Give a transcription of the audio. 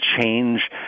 change